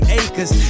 acres